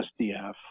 SDF